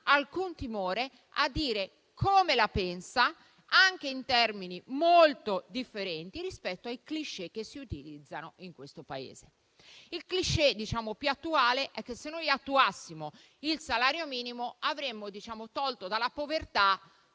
alcun timore a dire come la pensa, anche in termini molto differenti, rispetto ai *cliché* che si utilizzano in questo Paese. Il *cliché* più attuale riguarda il fatto che, se noi attuassimo il salario minimo, avremmo tolto dalla povertà